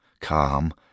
Calm